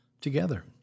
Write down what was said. together